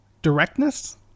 Directness